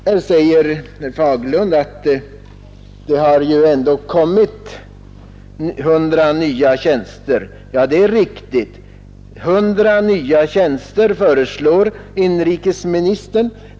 Herr Fagerlund säger att man ju ändå har fått 100 nya tjänster. Ja, det är riktigt: 100 nya tjänster föreslår inrikesministern.